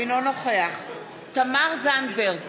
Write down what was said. אינו נוכח תמר זנדברג,